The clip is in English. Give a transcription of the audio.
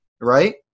right